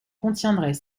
contiendrait